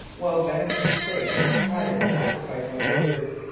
while venison steaks added appetizing odours.